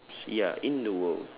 ya in the world